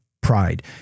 pride